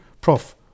Prof